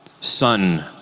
son